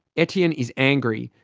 etienne is angry.